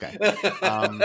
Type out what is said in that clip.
Okay